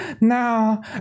Now